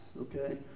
okay